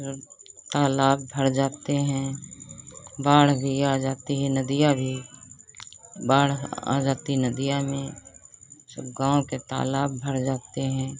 और तालाब भर जाते हैं बाढ़ भी आ जाती है नदियाँ भी बाढ़ आ जाती नदियाँ में सब गाँव के तालाब भर जाते हैं